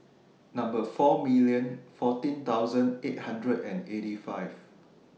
Number four million fourteen thousand eight hundred and eighty five